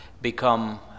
become